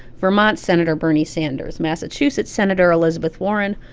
vermont senator bernie sanders, massachusetts senator elizabeth warren,